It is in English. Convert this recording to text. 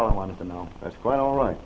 all i wanted to know that's quite all right